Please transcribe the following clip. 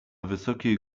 wysokiej